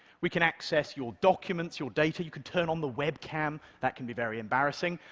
we can access your documents, your data. you can turn on the webcam. that can be very embarrassing.